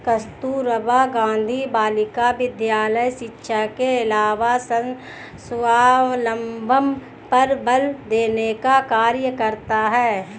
कस्तूरबा गाँधी बालिका विद्यालय शिक्षा के अलावा स्वावलम्बन पर बल देने का कार्य करता है